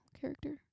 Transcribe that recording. character